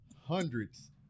hundreds